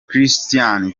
christian